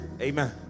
Amen